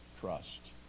trust